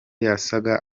yasaga